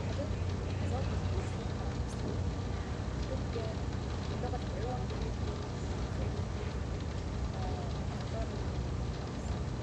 وحاجات ولحظات ما بيكونش فيها كلام اصلا بتبقى لغة العيون هي سيدة الموقف، فاختار انه فقدان السمع.